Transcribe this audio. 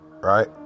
right